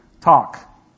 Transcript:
talk